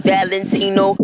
Valentino